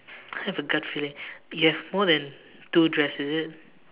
I have a gut feeling you have more then two dress is it